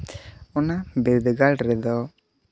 ᱚᱱᱟ ᱵᱤᱨᱫᱟᱹᱜᱟᱲ ᱨᱮᱫᱚ